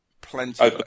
plenty